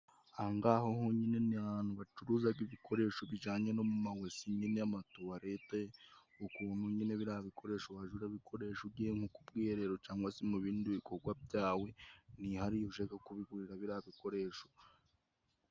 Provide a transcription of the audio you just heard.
Aha ng'aha honyine ni ahantu bacuruzaga ibikoresho bijanye no mu mawese nyine y'amatuwarete, ukuntu nyine biriya bikoresho waja urabikoresha ugiye ku bwiherero cangwa se mu bindi bikorwa byawe, ni hariya ushaka kubigurira biriya bikoresho.